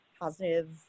positive